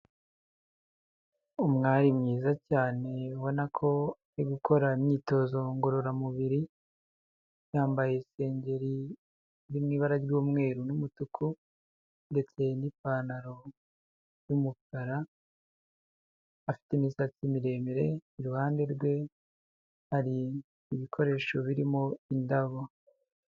Umwari mwiza cyane ubona ko ari gukora imyitozo ngororamubiri, yambaye isengeriri mu ibara ry'umweru n'umutuku ndetse n'ipantaro y'umukara, afite imisatsi miremire, iruhande rwe hari ibikoresho birimo indabo.